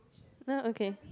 uh okay